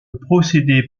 procédé